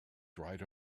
dried